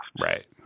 right